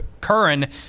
Curran